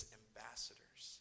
ambassadors